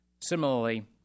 Similarly